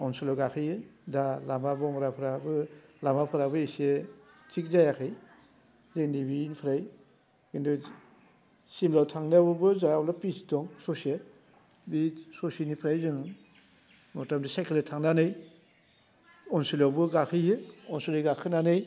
अनसलियाव गाखोयो दा लामा बंग्राफ्राबो लामाफोराबो एसे थिग जायाखै जोंनि बिनिफ्राय खिन्थु सिमलायाव थांनायावब्लाबो जाहा हले पिस दं ससे बे ससेनिफ्राय जों मथामथि सायखेलजों थांनानै अनसलियावबो गाखो हैयो अनसलि गाखोनानै